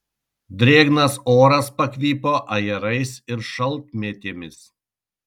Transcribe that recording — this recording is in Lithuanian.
drėgnas oras pakvipo ajerais ir šaltmėtėmis